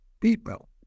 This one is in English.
people